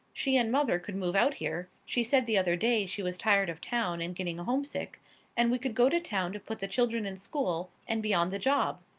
she and mother could move out here she said the other day she was tired of town and getting homesick and we could go to town to put the children in school, and be on the job.